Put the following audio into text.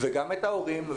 גם את ההורים,